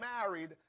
married